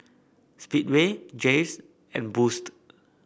Speedway Jays and Boost